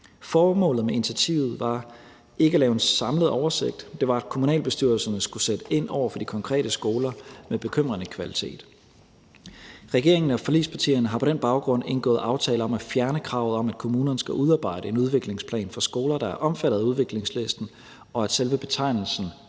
Formålet med initiativet var ikke at lave en samlet oversigt. Det var, at kommunalbestyrelserne skulle sætte ind over for de konkrete skoler med bekymrende kvalitet. Regeringen og forligspartierne har på den baggrund indgået aftale om at fjerne kravet om, at kommunerne skal udarbejde en udviklingsplan for skoler, der er omfattet af udviklingslisten, og at selve betegnelsen